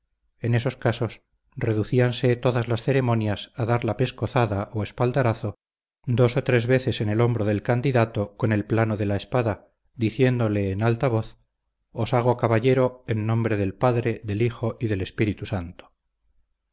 en esos casos reducíanse todas las ceremonias a dar la pescozada o espaldarazo dos o tres veces en el hombro del candidato con el plano de la espada diciéndole en alta voz os hago caballero en nombre del padre del hijo y del espíritu santo